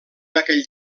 aquell